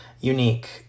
Unique